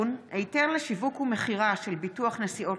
שכר אחיד לעובד צעיר),